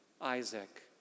Isaac